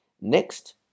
Next